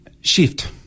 shift